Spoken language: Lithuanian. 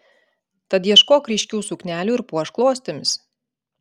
tad ieškok ryškių suknelių ir puošk klostėmis